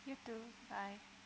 you too bye